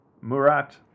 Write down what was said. Murat